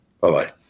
Bye-bye